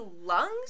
lungs